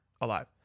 alive